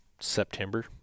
September